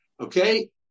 okay